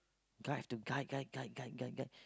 guide to guide guide guide guide guide